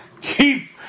keep